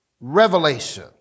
revelation